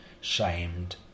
shamed